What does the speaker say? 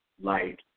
light